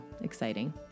Exciting